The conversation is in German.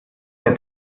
der